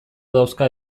dauzka